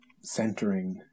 centering